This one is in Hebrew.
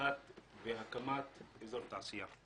ולפתיחה והקמת אזור תעשייה.